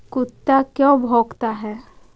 कुत्ता क्यों भौंकता है?